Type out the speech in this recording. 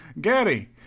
Gary